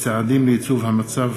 ברשות יושב-ראש הישיבה,